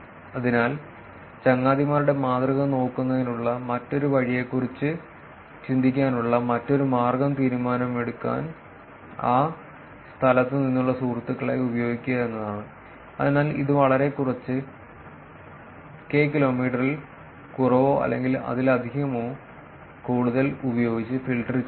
തിനാൽ ചങ്ങാതിമാരുടെ മാതൃക നോക്കുന്നതിനുള്ള മറ്റൊരു വഴിയെക്കുറിച്ച് ചിന്തിക്കാനുള്ള മറ്റൊരു മാർഗ്ഗം തീരുമാനമെടുക്കാൻ ആ സ്ഥലത്തുനിന്നുള്ള സുഹൃത്തുക്കളെ ഉപയോഗിക്കുക എന്നതാണ് അതിനാൽ ഇത് വളരെ കുറച്ച് കെ കിലോമീറ്ററിൽ കുറവോ അല്ലെങ്കിൽ അതിലധികമോ കൂടുതലോ ഉപയോഗിച്ച് ഫിൽട്ടർ ചെയ്യുന്നു